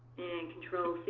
and control-c,